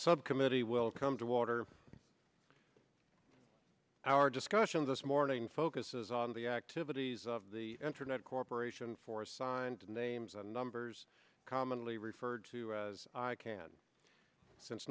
subcommittee will come to water our discussions this morning focuses on the activities of the internet corporation for assigned names and numbers commonly referred to as i can since